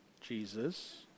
Jesus